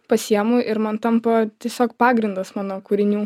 pasiemu ir man tampa tiesiog pagrindas mano kūrinių